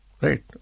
right